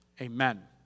Amen